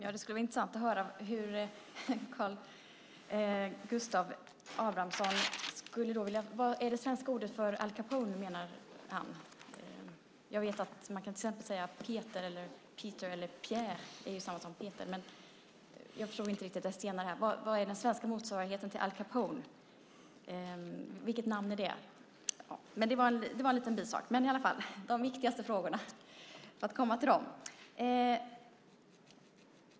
Herr talman! Det skulle vara intressant att höra vilket Karl Gustav Abramsson menar är det svenska ordet för Al Capone. Jag vet att man till exempel kan säga att Pierre är detsamma som Peter, men jag förstod inte vilket namn som är den svenska motsvarigheten till Al Capone. Det var en bisak.